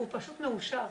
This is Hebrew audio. והוא פשוט מאושר.